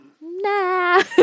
nah